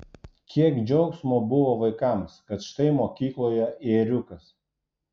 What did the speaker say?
kiek džiaugsmo buvo vaikams kad štai mokykloje ėriukas